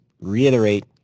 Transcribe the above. reiterate